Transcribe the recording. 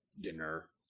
dinner